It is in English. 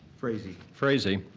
fra'zee. fra'zee,